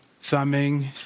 thumbing